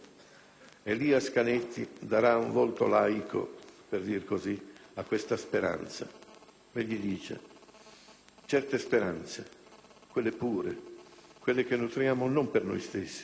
Elias Canetti darà un volto laico, per dir così, a questa speranza. Egli dice: «Certe speranze, quelle pure, quelle che nutriamo non per noi stessi,